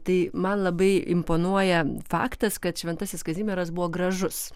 tai man labai imponuoja faktas kad šventasis kazimieras buvo gražus